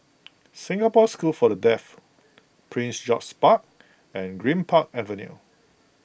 Singapore School for the Deaf Prince George's Park and Greenpark Avenue